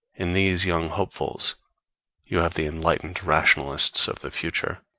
in these young hopefuls you have the enlightened rationalists of the future.